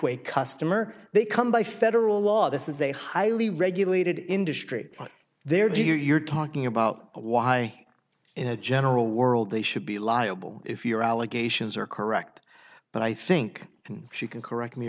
a customer they come by federal law this is a highly regulated industry they're gee you're talking about a why in a general world they should be liable if your allegations are correct but i think she can correct me